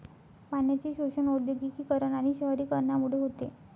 पाण्याचे शोषण औद्योगिकीकरण आणि शहरीकरणामुळे होते